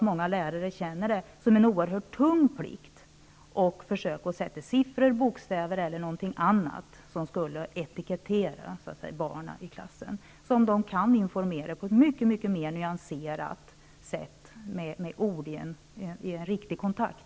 Många lärare känner det utan tvivel som en oerhört tung plikt att sätta siffror, bokstäver eller någonting annat som så att säga etiketterar barnen i klassen, någonting som lärarna på ett mycket mer nyanserat sätt med ord kan informera om vid en riktig kontakt.